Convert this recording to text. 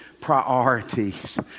priorities